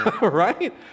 right